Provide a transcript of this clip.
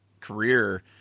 career